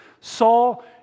Saul